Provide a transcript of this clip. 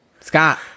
Scott